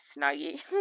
Snuggie